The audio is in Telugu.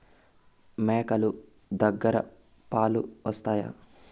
మేక లు దగ్గర పాలు వస్తాయా?